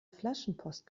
flaschenpost